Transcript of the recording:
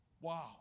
Wow